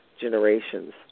generations